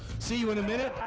see you in a minute.